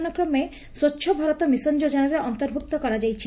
ହନ କ୍ରମେ ସ୍ବଛ ଭାରତ ମିଶନ ଯୋକନାରେ ଅନ୍ତର୍ଭୁକ୍ତ କରାଯାଇଛି